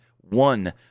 One